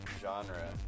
genre